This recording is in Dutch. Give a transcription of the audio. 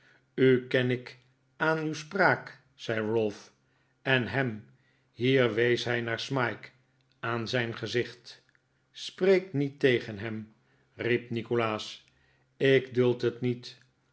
u ken ik aan uw spraak zei ralph en hem hier wees hij naar smike aan zijn gezicht spreek niet tegen hem riep nikolaas ik duld het niet